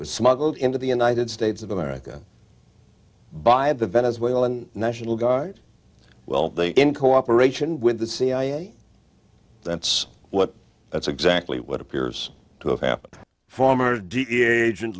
was smuggled into the united states of america by the venezuelan national guard well they in cooperation with the cia that's what that's exactly what appears to have happened former dea agent